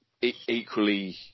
equally